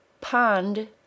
Pond